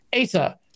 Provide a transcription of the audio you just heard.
asa